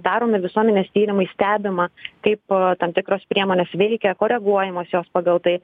daromi visuomenės tyrimai stebima kaip tam tikros priemonės veikia koreguojamos jos pagal tai